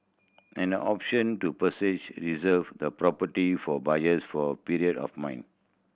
an option to reserve the property for buyers for period of mine